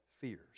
fears